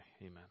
Amen